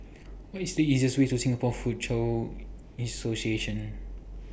What IS The easiest Way to Singapore Foochow Association